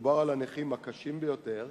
מדובר על הנכים הקשים ביותר,